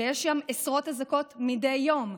ויש שם עשרות אזעקות מדי יום.